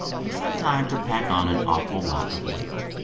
he's had time to pack on an awful lot of weight.